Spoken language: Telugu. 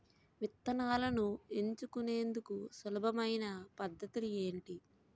విత్తనాలను ఎంచుకునేందుకు సులభమైన పద్ధతులు ఏంటి?